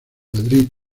madrid